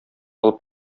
алып